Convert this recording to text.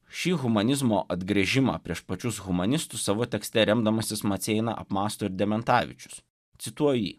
šį humanizmo atgręžimą prieš pačius humanistus savo tekste remdamasis maceina apmąsto ir dementavičius cituoju jį